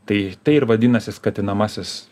tai tai ir vadinasi skatinamasis